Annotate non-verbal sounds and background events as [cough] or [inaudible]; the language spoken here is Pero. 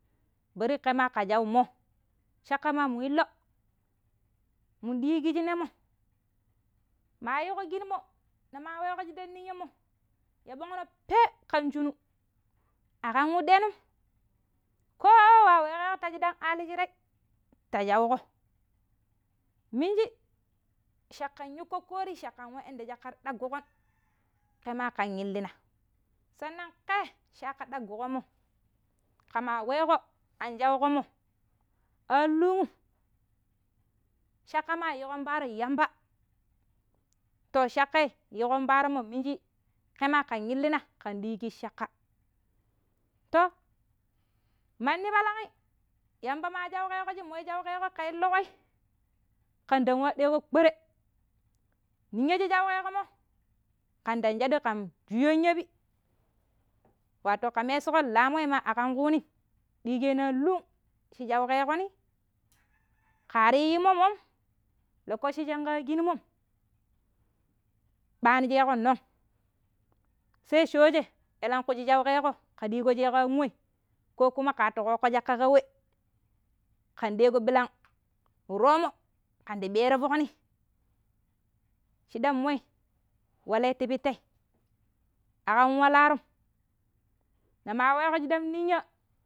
﻿Bari kai ma ƙa shaumo caƙƙama mu illo mun ɗii kiji nemo mayiƙo kimo nima weƙo shiɗam ninya̱nmo̱ ya ɓongno pee ƙan shinu, akam wu ɗenum ko weƙeƙo ta shiɗam ayi shirei ta sauƙo minji caƙƙar yuu ƙoƙƙori shi caƙƙa ta shokruƙon [noise] ƙema ƙan illina saneng ƙe shaaƙa ɗagugenmo̱, ƙema weƙo an shauƙomo a lung'um caƙƙai ma liikon paaro yamba to caƙƙai-liiƙon paaromo minji ƙema ƙen illina̱ ƙan dii kiji caƙƙa, toh mandi pa̱la̱ng'i yamba ma shauƙe ƙo ki shauƙe ko ƙe illiƙoi ƙandang wa ɗeko kpa̱re ninya shi shauɗemo ƙandang shaɗi ƙen shuwa̱n yapi, wato ƙa mesoƙo la̱mon-inma aƙan kunim ɗikeni anlung shi shaukeƙoni? [noise] ƙari yimmo mom lokaci shiƙƙa kishimom ɓanisheƙonong sai shoje elanshi sauƙeƙo ƙe ɗiiko cakka moi kokuma katoƙoƙo caƙƙa ƙawe ƙanɗeko ɓilang wu roomo ƙandi ɓeero foƙni shidam moi walai ti pitte akam walarom na wagom dginɗan ninya?